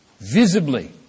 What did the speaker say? visibly